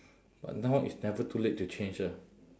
but now it's never too late to change ah